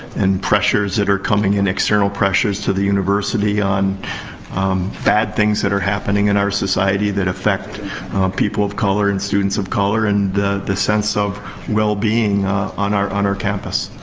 and pressures that are coming in. external pressures to the university on bad things that are happening in our society that affect people of color and students of color and the the sense of wellbeing on our on our campus.